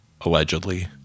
allegedly